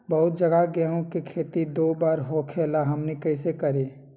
बहुत जगह गेंहू के खेती दो बार होखेला हमनी कैसे करी?